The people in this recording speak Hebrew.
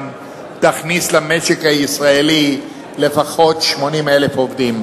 תכניס למשק הישראלי לפחות 80,000 עובדים.